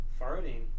farting